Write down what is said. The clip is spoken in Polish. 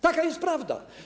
Taka jest prawda.